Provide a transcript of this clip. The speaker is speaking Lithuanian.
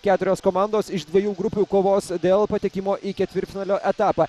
keturios komandos iš dviejų grupių kovos dėl patekimo į ketvirtfinalio etapą